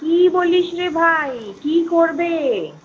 কি বলিস রে ভাই কি করবে